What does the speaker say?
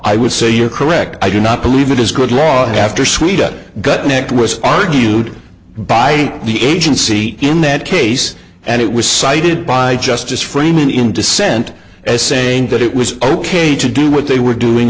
i would say you are correct i do not believe it is good law after sweden gutnick was argued by the agency in that case and it was cited by justice freeman in dissent as saying that it was ok to do what they were doing